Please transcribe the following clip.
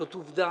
זאת עובדה